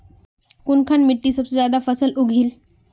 कुनखान मिट्टी सबसे ज्यादा फसल उगहिल?